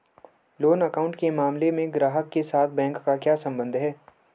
Loan account के मामले में ग्राहक के साथ बैंक का क्या संबंध है?